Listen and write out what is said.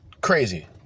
Crazy